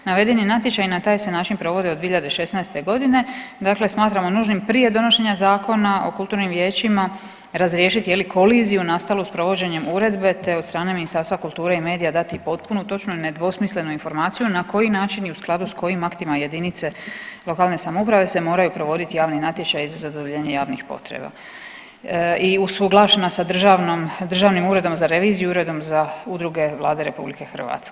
Navedeni natječaj na taj se način provodi od 2016.g., dakle smatramo nužnim prije donošenja Zakona o kulturnim vijećima razriješiti je li koliziju nastalu s provođenjem uredbe, te od strane Ministarstva kulture i medija dati potpunu, točnu i nedvosmislenu informaciju na koji način i u skladu s kojim aktima JLS se moraju provoditi javni natječaji za zadovoljenje javnih potrebe i usuglašena sa Državnim uredom za reviziju i Uredom za udruge Vlade RH.